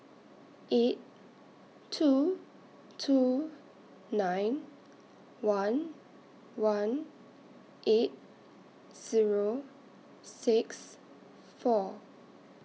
eight two two nine one one eight Zero six four